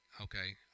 Okay